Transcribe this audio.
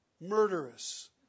murderous